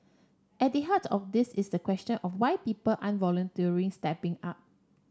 at the heart of this is the question of why people aren't voluntarily stepping up